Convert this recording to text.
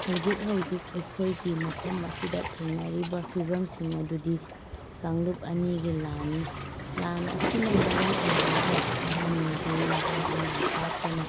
ꯍꯧꯖꯤꯛ ꯍꯧꯖꯤꯛ ꯑꯩꯈꯣꯏꯒꯤ ꯃꯐꯝ ꯑꯁꯤꯗ ꯊꯦꯡꯅꯔꯤꯕ ꯐꯤꯕꯝꯁꯤꯡ ꯑꯗꯨꯗꯤ ꯀꯥꯡꯂꯨꯞ ꯑꯅꯤꯒꯤ ꯂꯥꯟꯅꯤ ꯂꯥꯟ ꯑꯁꯤꯅ ꯃꯔꯝ ꯑꯣꯏꯔꯒ ꯑꯍꯟ ꯅꯨꯄꯤ ꯅꯍꯥ ꯑꯉꯥꯡ ꯈꯥꯛꯇꯅ